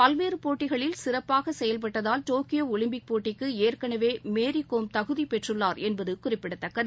பல்வேறுபோட்டிகளில் சிறப்பாகசெயல்பட்டதால் டோக்கியோஜலிம்பிக் போட்டிக்குஏற்கனவேமேரிகோம் தகுதிபெற்றவர் என்பதகுறிப்பிடத்தக்கது